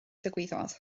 ddigwyddodd